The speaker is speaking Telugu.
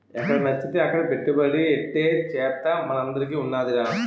ఎక్కడనచ్చితే అక్కడ పెట్టుబడి ఎట్టే సేచ్చ మనందరికీ ఉన్నాదిరా